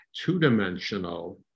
two-dimensional